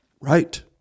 Right